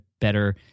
better